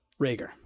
rager